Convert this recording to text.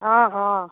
অঁ অঁ